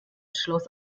schloss